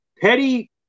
Petty